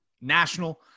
national –